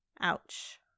Ouch